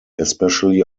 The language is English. especially